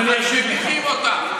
אז מדיחים אותה?